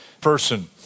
person